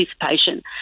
participation